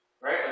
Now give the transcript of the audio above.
Right